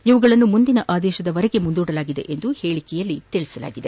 ಇವುಗಳನ್ನು ಮುಂದಿನ ಆದೇಶದವರೆಗೂ ಮುಂದೂಡಲಾಗಿದೆ ಎಂದು ಹೇಳಿಕೆಯಲ್ಲಿ ತಿಳಿಸಲಾಗಿದೆ